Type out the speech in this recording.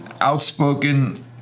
outspoken